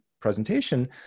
presentation